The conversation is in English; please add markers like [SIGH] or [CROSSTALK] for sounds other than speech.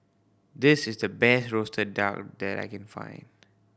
this is the best roasted duck [UNINTELLIGIBLE] that I can find